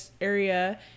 area